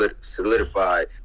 solidified